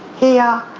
here,